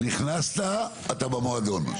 נכנסת, אתה במועדון.